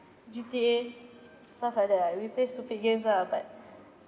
G_T_A stuff like that ah we play stupid games lah but